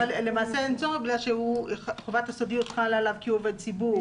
למעשה אין צורך כי חובת הסודיות לה עליו כי הוא עובד ציבור.